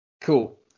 Cool